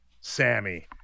Sammy